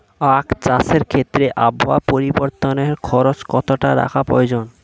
আখ চাষের ক্ষেত্রে আবহাওয়ার পরিবর্তনের খবর কতটা রাখা প্রয়োজন?